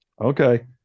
Okay